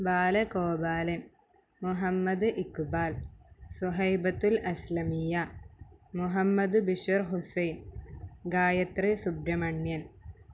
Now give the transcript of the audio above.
Bala Gopalan Muhammad Iqbal Suhaibathul Aslamiya Muhammad Bishar Hussain Gayathri Subramanian